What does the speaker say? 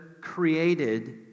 created